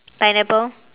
pineapple